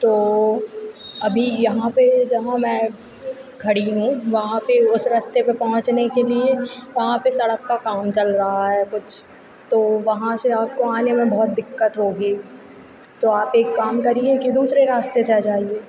तो अभी यहाँ पर जहाँ मैं खड़ी हूँ वहाँ पर उस रास्ते पर पहुंचने के लिए वहाँ पर सड़क का काम चल रहा है कुछ तो वहाँ से आपको आने में बहुत दिक्कत होगी तो आप एक काम करिये कि दूसरे रास्ते से आ जाइए